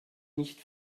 nicht